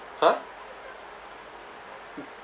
!huh!